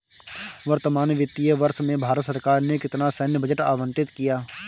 वर्तमान वित्तीय वर्ष में भारत सरकार ने कितना सैन्य बजट आवंटित किया?